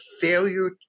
failure